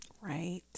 Right